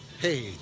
Hey